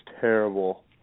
terrible